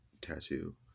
tattoo